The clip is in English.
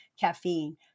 caffeine